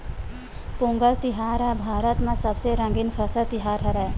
पोंगल तिहार ह भारत म सबले रंगीन फसल तिहार हरय